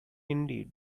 indeed